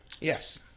Yes